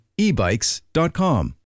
ebikes.com